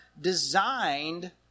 designed